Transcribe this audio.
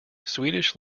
swedish